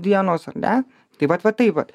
dienos ar ne tai vat va taip vat